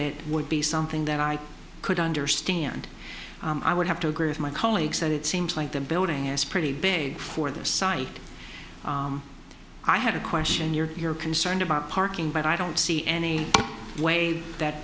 it would be something that i could understand i would have to agree with my colleagues that it seems like the building is pretty big for this site i had a question you're concerned about parking but i don't see any way that